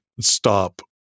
stop